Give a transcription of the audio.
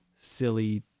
silly